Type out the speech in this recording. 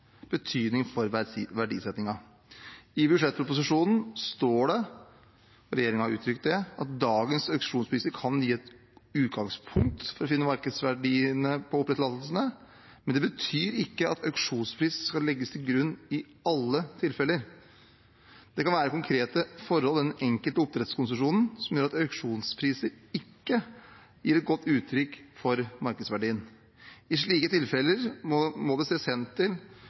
betydning for verdsettelsen. I budsjettproposisjonen står det – regjeringen har uttrykt det – at dagens auksjonspriser kan gi et utgangspunkt for å finne markedsverdiene på oppdrettstillatelsene. Men det betyr ikke at auksjonspris skal legges til grunn i alle tilfeller. Det kan være konkrete forhold ved den enkelte oppdrettskonsesjonen som gjør at auksjonspriser ikke gir et godt uttrykk for markedsverdien. I slike tilfeller må det ses hen til